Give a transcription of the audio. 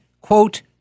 quote